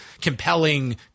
compelling